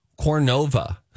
Cornova